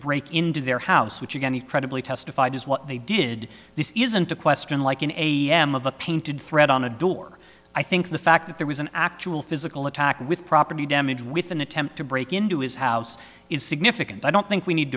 break into their house which again credibly testified is what they did this isn't a question like an a m of a painted threat on the door i think the fact that there was an actual physical attack with property damage with an attempt to break into his house is significant i don't think we need